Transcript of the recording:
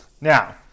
Now